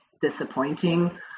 disappointing